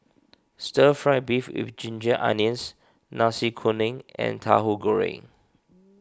Stir Fry Beef with Ginger Onions Nasi Kuning and Tahu Goreng